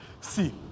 See